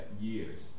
years